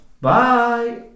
bye